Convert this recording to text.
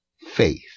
faith